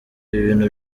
ibintu